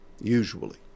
usually